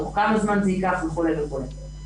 כמה זמן זה ייקח וכולי וכולי.